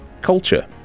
culture